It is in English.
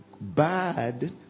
bad